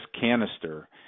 canister